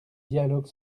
dialogue